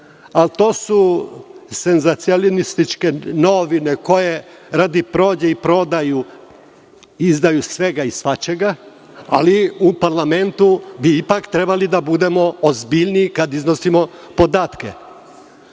To su senzacionalističke novine koje radi prođe i prodaje izdaju sve i svašta, ali u parlamentu bi ipak trebali da budemo ozbiljniji kada iznosimo